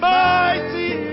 mighty